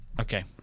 Okay